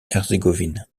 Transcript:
herzégovine